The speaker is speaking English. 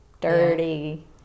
dirty